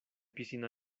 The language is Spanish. piscina